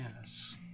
Yes